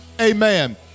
Amen